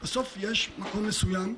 נלך למשפט על כל דבר,